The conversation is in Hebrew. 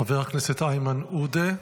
חבר הכנסת איימן עודה,